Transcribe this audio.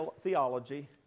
theology